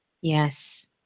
Yes